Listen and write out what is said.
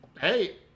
Hey